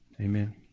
Amen